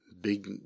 big